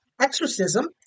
exorcism